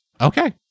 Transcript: Okay